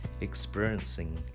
experiencing